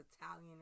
Italian